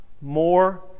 more